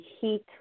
heat